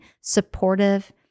supportive